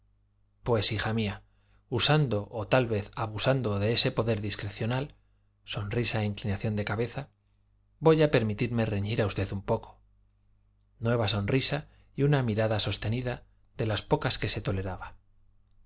pues hija mía usando o tal vez abusando de ese poder discrecional sonrisa e inclinación de cabeza voy a permitirme reñir a usted un poco nueva sonrisa y una mirada sostenida de las pocas que se toleraba